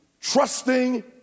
trusting